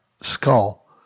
skull